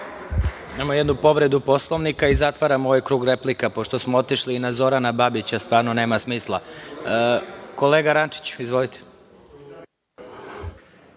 jednu povredu Poslovnika i zatvaramo ovaj krug replika, pošto smo otišli i na Zorana Babića. Stvarno nema smisla. Kolega Rančiću, izvolite.